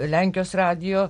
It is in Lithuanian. lenkijos radijo